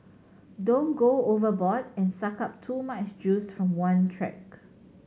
don't go overboard and suck up too much juice from one track